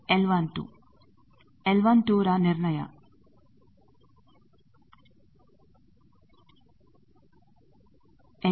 L12 L12 ರ ನಿರ್ಣಯ L12 ಏನು